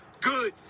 Good